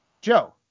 Joe